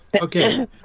okay